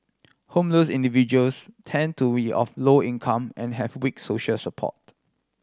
homeless individuals tend to we of low income and have weak social support